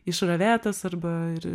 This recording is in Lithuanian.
išravėtas arba ir